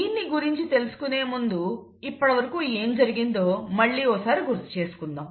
దీని గురించి తెలుసుకునే ముందు ఇప్పటివరకూ ఏం జరిగిందో మళ్లీ గుర్తు చేసుకుందాం